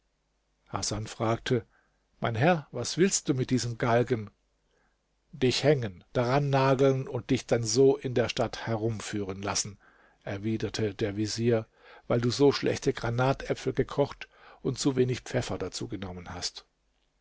hasan fragte mein herr was willst du mit diesem galgen dich hängen daran nageln und dich dann so in der stadt herumführen lassen erwiderte der vezier weil du so schlechte granatäpfel gekocht und zu wenig pfeffer dazu genommen hast